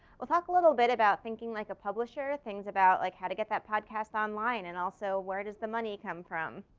we'll talk a little bit about thinking like a publisher, things about like how to get that podcast online and also where does the money come from.